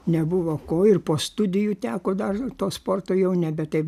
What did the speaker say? nebuvo ko ir po studijų teko dar to sporto jau nebe taip